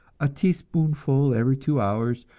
a teaspoonful every two hours,